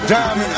Diamond